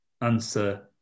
answer